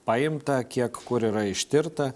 paimta kiek kur yra ištirta